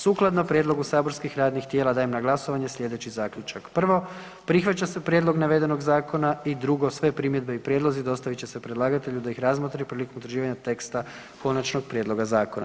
Sukladno prijedlogu saborskih radnih tijela dajem na glasovanje sljedeći Zaključak: 1. Prihvaća se prijedlog navedenog zakona i 2. Sve primjedbe i prijedlozi dostavit će se predlagatelju da ih razmotri prilikom utvrđivanja teksta konačnog prijedloga zakona.